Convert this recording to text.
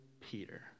Peter